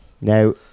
now